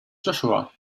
joshua